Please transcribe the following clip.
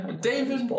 David